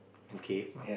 okay